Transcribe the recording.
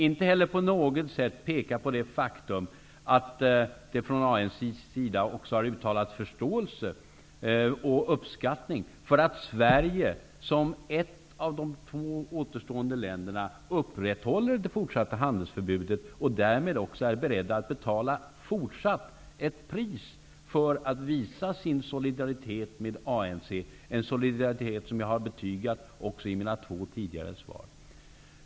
Inte heller pekade han på något sätt på det faktum att det från ANC:s sida har uttalats förståelse och uppskattning för att Sverige, som ett av de två återstående länderna, upprätthåller det fortsatta handelsförbudet och därmed är beredd att fortsätta att betala ett pris för att visa solidaritet med ANC. Det är en solidaritet som jag har betygat i mina tidigare svar.